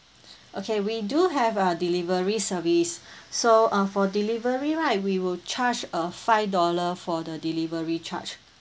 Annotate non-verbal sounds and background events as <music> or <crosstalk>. okay we do have uh delivery service <breath> so uh for delivery right we will charge a five dollar for the delivery charge